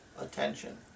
attention